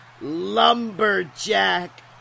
lumberjack